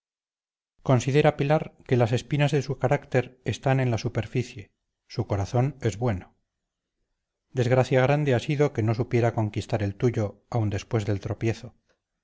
considera pilar que las espinas de su carácter están en la superficie su corazón es bueno desgracia grande ha sido que no supiera conquistar el tuyo aun después del tropiezo